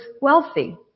wealthy